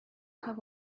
have